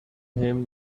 him